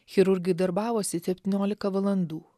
chirurgai darbavosi septyniolika valandų